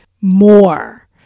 more